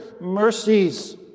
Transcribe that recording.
mercies